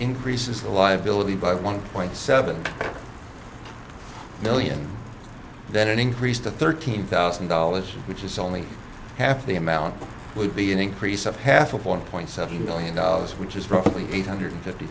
increases the liability by one point seven million then an increase to thirteen thousand dollars which is only half the amount would be an increase of half of one point seven billion dollars which is roughly eight hundred fifty